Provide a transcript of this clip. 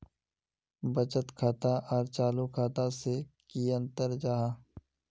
बचत खाता आर चालू खाता से की अंतर जाहा?